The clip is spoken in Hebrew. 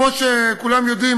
כמו שכולם יודעים,